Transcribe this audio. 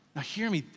ah hear me,